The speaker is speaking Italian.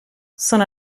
sono